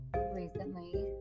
recently